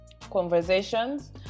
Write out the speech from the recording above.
conversations